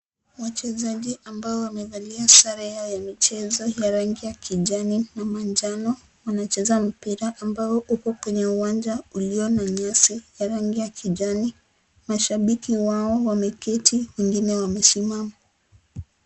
Wachezaji ambao wamevalia sare yao ya michezo ya rangi ya kijani ama njano, wanacheza mpira ambao upo kwenye uwanja uliona nyasi ya rangi ya kijani. Mashabiki wao wameketi wengine wamesimama.